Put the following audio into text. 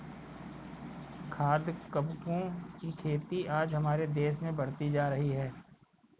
खाद्य कवकों की खेती आज हमारे देश में बढ़ती जा रही है